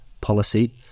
policy